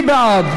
מי בעד?